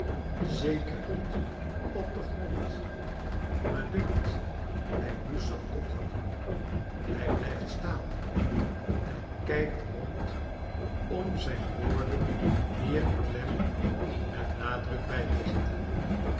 zeker niet op den grond me dunkt hij moest ze ophangen hij blijft staan en kijkt rond om zijn woorden meer klem en nadruk bij te zetten